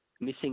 missing